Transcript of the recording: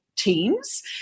Teams